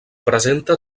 presenta